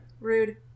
Rude